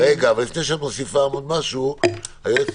אבל לפני שאת מוסיפה עוד משהו היועצת